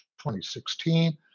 2016